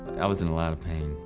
i was in a lot of pain.